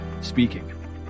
speaking